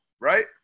right